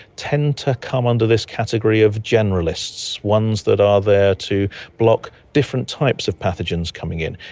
tend to come under this category of generalists, ones that are there to block different types of pathogens coming in.